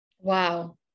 Wow